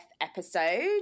episode